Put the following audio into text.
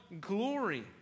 glory